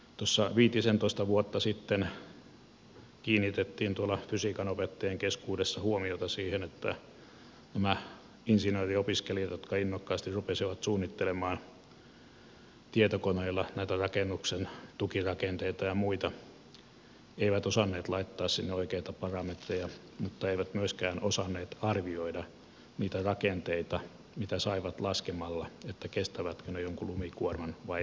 tuossa viitisentoista vuotta sitten kiinnitettiin tuolla fysiikanopettajien keskuudessa huomiota siihen että nämä insinööriopiskelijat jotka innokkaasti rupesivat suunnittelemaan tietokoneilla näitä rakennusten tukirakenteita ja muita eivät osanneet laittaa sinne oikeita parametreja mutta eivät myöskään osanneet arvioida niitä rakenteita mitä saivat laskemalla että kestävätkö ne jonkun lumikuorman vai eivätkö kestä